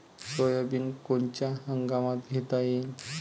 Soybean कोनच्या हंगामात घेता येईन?